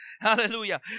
Hallelujah